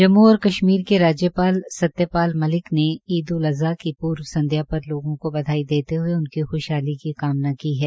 जम्मू और कश्मीर के राज्यपाल सत्य पाल मलिक ने ईद उल अजा की पूर्व संध्या पर लोगों को बधाई देते हुए उनकी खुशहाली की कामना की है